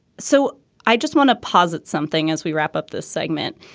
so i just want to posit something as we wrap up this segment.